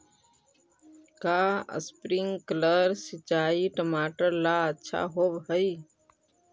का स्प्रिंकलर सिंचाई टमाटर ला अच्छा होव हई?